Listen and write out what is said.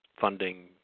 funding